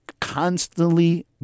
constantly